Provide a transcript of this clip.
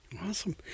Awesome